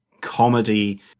comedy